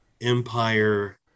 empire